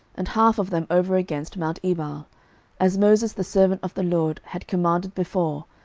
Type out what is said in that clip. and half of them over against mount ebal as moses the servant of the lord had commanded before,